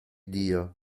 dio